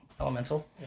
elemental